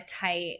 tight